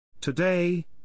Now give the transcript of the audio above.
Today